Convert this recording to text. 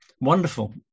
wonderful